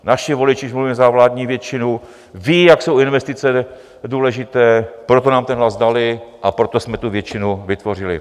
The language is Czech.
Naši voliči, když mluvím za vládní většinu, vědí, jak jsou investice důležité, proto nám ten hlas dali a proto jsme tu většinu vytvořili.